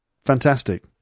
fantastic